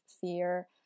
fear